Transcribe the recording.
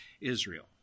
Israel